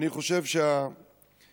אני חושב שהבנייה